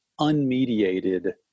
unmediated